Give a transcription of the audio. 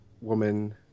woman